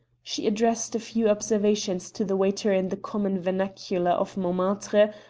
she addressed a few observations to the waiter in the common vernacular of montmartre,